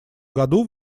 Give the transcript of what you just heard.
году